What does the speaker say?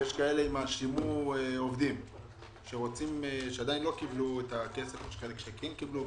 שיש כאלה משימור העובדים שעדיין לא קיבלו את הכסף יש חלק שכן קיבלו,